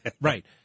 right